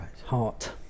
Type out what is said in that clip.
heart